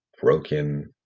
broken